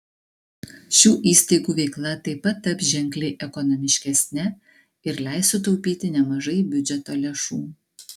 šių įstaigų veikla taip pat taps ženkliai ekonomiškesne ir leis sutaupyti nemažai biudžeto lėšų